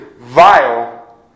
vile